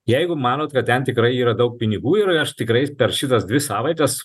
jeigu manot kad ten tikrai yra daug pinigų ir aš tikrai per šitas dvi savaites